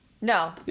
No